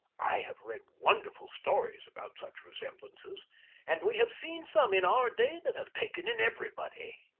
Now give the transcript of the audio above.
i have read wonderful stories about such resemblances and we have seen some in our day that have taken in everybody.